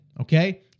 Okay